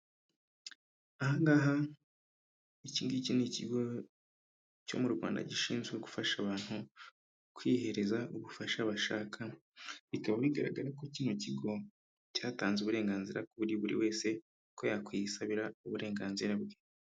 Ahangaha ikingiki ni ikigo cyo mu Rwanda gishinzwe gufasha abantu kwihereza ubufasha bashaka, bikaba bigaragara ko kino kigo cyatanze uburenganzira kuri buri buri wese ko yakwiyisabira uburenganzira bwe.